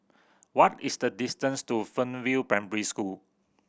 what is the distance to Fernvale Primary School